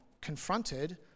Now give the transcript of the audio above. confronted